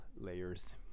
layers